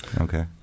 Okay